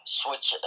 switch